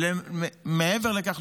מעבר לכך,